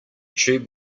tube